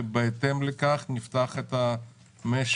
ובהתאם לכך נפתח את המשק,